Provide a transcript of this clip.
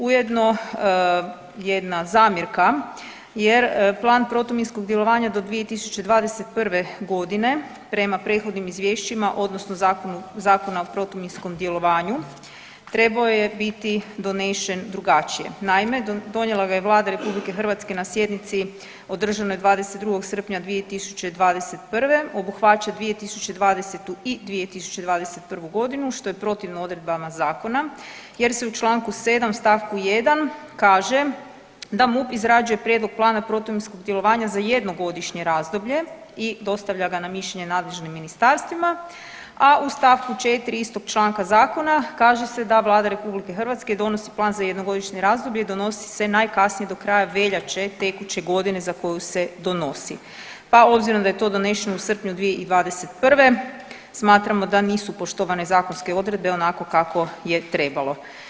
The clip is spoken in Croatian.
Ujedno jedna zamjerka jer plan protuminskog djelovanja do 2021.g. prema prethodnim izvješćima odnosno Zakona o protuminskom djelovanju trebao je biti donesen drugačije, naime donijela ga je Vlada RH na sjednici održanoj 22. srpnja 2021., obuhvaća 2020. i 2021.g. što je protivno odredbama zakona jer se u čl. 7. st. 1. kaže da MUP izrađuje prijedlog plana protuminskog djelovanja za jednogodišnje razdoblje i dostavlja ga na mišljenje nadležnim ministarstvima, a u st. 4. istog članka zakona kaže se da Vlada RH donosi plan za jednogodišnje razdoblje i donosi se najkasnije do kraja veljače tekuće godine za koju se donosi, pa obzirom da je to donešeno u srpnju 2021. smatramo da nisu poštovane zakonske odredbe onako kako je trebalo.